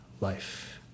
life